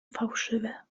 fałszywe